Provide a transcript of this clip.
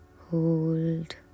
Hold